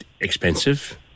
expensive